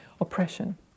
oppression